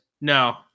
No